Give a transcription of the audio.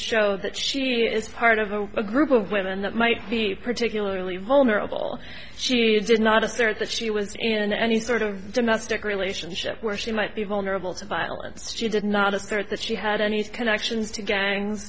show that she is part of a group of women that might be particularly vulnerable she did not assert that she was in any sort of domestic relationship where she might be vulnerable to violence she did not assert that she had any connections to gangs